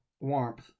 warmth